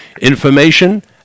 Information